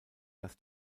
dass